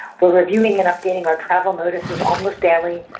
we're reviewing and updating our travel notices almost daily.